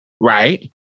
Right